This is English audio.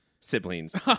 siblings